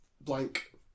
Blank